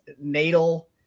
natal